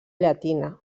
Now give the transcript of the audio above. llatina